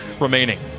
remaining